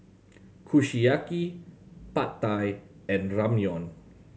Kushiyaki Pad Thai and Ramyeon